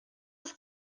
ist